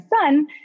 son